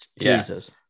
jesus